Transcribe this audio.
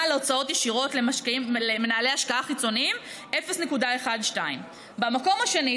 על הוצאות ישירות למנהלי השקעה חיצוניים 0.12. במקום השני,